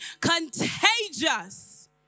contagious